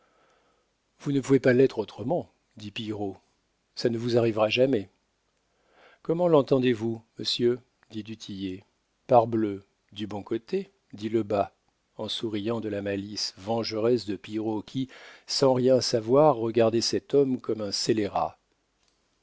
vous ne pouvez pas l'être autrement dit pillerault ça ne vous arrivera jamais comment l'entendez-vous monsieur dit du tillet parbleu du bon côté dit lebas en souriant de la malice vengeresse de pillerault qui sans rien savoir regardait cet homme comme un scélérat